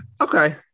okay